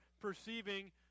perceiving